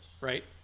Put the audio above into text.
Right